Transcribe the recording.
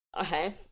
Okay